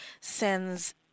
sends